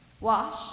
Wash